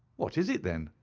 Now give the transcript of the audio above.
what is it then?